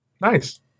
Nice